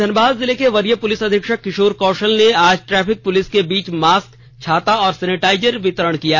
धनबाद जिले के वरीय पुलिस अधीक्षक किशोर कौशल ने आज ट्रैफिक पुलिस के बीच मास्क छाता और सेनेटाइजर वितरण ॅकिया